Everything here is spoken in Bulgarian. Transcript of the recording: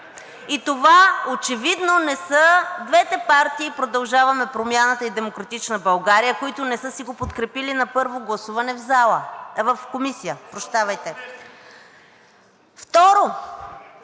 и това очевидно не са двете партии „Продължаваме Промяната“ и „Демократична България“, които не са си го подкрепили на първо гласуване в Комисията. Второ,